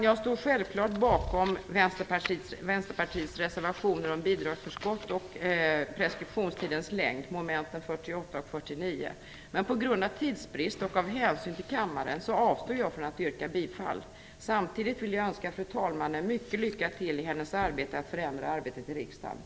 Jag står självfallet bakom Vänsterpartiets reservationer om bidragsförskott och preskriptionstidens längd, mom. 48 och 49. Men av hänsyn till kammarens pressade tidsschema avstår jag från att yrka bifall till dessa reservationer. Samtidigt vill jag önska fru talmannen ett stort lycka till i hennes arbete på att förändra riksdagsarbetet.